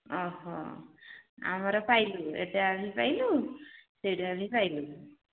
ଓଃ ଆମର ପାଇଲୁ ଏବେ ଆଣି ପାଇଲୁ ପାଇଲୁ